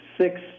six